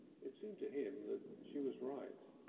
it seemed to him that she was right.